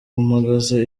mpagaze